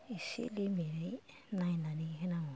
एसे लिमिटयै नायनानै होनांगौ